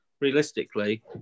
realistically